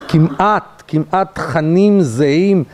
כמעט, כמעט תכנים זהים.